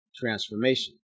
transformation